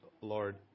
Lord